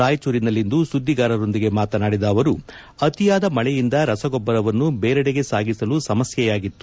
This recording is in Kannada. ರಾಯಚೂರಿನಲ್ಲಿಂದು ಸುದ್ದಿಗಾರರೊಂದಿಗೆ ಮಾತನಾಡಿದ ಅವರು ಅತಿಯಾದ ಮಳೆಯಿಂದ ರಸಗೊಬ್ಬರವನ್ನು ಬೇರೆಡೆಗೆ ಸಾಗಿಸಲು ಸಮಸ್ತೆಯಾಗಿತ್ತು